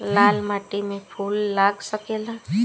लाल माटी में फूल लाग सकेला?